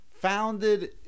founded